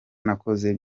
nakoze